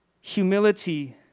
humility